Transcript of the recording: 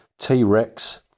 T-Rex